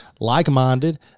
like-minded